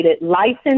licensed